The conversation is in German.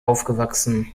aufgewachsen